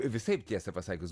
visaip tiesa pasakius